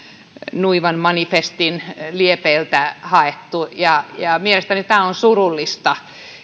nuivan manifestin liepeiltä haettu mielestäni on surullista